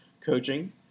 coaching